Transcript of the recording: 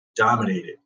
Dominated